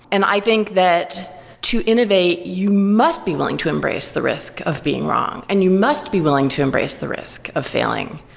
and i think that to innovate, you must be willing to embrace the risk of being wrong and you must be willing to embrace the risk of failing.